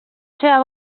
seva